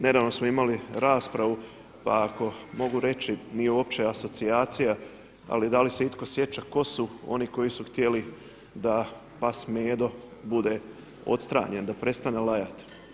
Nedavno smo imali raspravu, pa ako mogu reći nije uopće asocijacija, ali da li se itko sjeća tko su oni koji su htjeli da pas Medo bude odstranjen, da prestane lajati.